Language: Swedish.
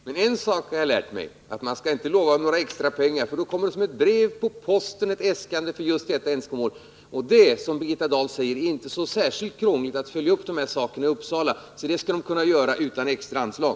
Herr talman! En sak har jag lärt mig, och det är att man inte skall utlova några extrapengar, för då kommer som ett brev på posten ett äskande för just detta ändamål. Som Birgitta Dahl säger är det inte särskilt krångligt att följa upp detta arbete i Uppsala. Det kan säkert göras utan extra anslag.